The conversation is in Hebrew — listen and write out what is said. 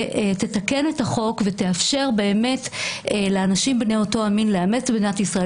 יתקנו את החוק ויאפשרו באמת לאנשים בני אותו המין לאמץ במדינת ישראל.